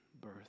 birth